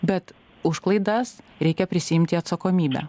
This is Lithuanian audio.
bet už klaidas reikia prisiimti atsakomybę